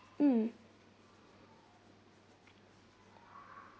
mm